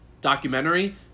documentary